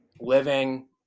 living